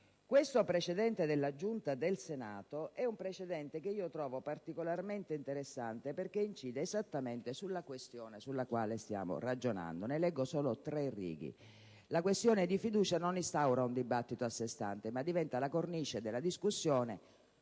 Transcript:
Questo precedente della Giunta del Senato lo trovo particolarmente interessante perché incide esattamente sulla questione sulla quale stiamo ragionando. Ne leggo solo poche righe: «La questione di fiducia non instaura un dibattito a sé stante, ma diventa la cornice della discussione